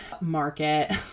market